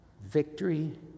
victory